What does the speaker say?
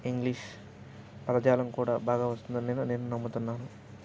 English పదజాలం కూడా బాగా వస్తుందని నేను నేను నమ్ముతున్నాను